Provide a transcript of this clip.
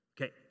Okay